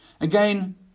Again